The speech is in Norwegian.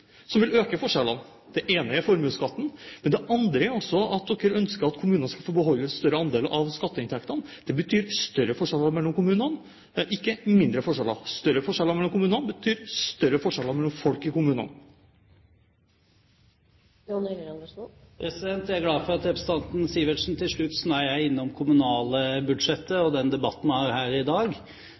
som vil øke forskjellene. Det ene er formuesskatten, men det andre er altså at dere ønsker at kommunene skal få beholde en større andel av skatteinntektene. Det betyr større forskjeller mellom kommunene, ikke mindre forskjeller. Større forskjeller mellom kommunene betyr større forskjeller mellom folk i kommunene. Jeg er glad for at representanten Sivertsen til slutt sneide innom kommunalbudsjettet og den debatten vi har her i dag.